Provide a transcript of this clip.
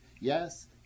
Yes